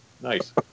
Nice